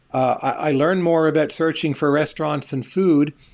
i learn more about searching for restaurants and food.